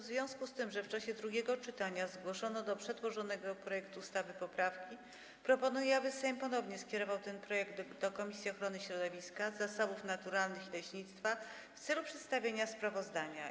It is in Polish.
W związku z tym, że w czasie drugiego czytania zgłoszono do przedłożonego projektu ustawy poprawki, proponuję, aby Sejm ponownie skierował ten projekt do Komisji Ochrony Środowiska, Zasobów Naturalnych i Leśnictwa w celu przedstawienia sprawozdania.